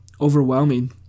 overwhelming